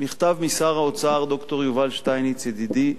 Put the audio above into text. מכתב משר האוצר ד"ר יובל שטייניץ ידידי,